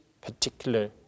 particular